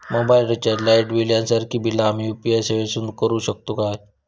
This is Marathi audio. मोबाईल रिचार्ज, लाईट बिल यांसारखी बिला आम्ही यू.पी.आय सेवेतून करू शकतू काय?